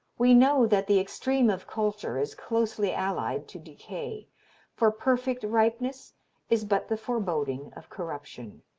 we know that the extreme of culture is closely allied to decay for perfect ripeness is but the foreboding of corruption.